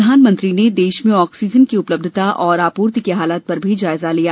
प्रधानमंत्री ने देश में ऑक्सीजन की उपलब्धता और आपूर्ति के हालात का भी जायजा लिया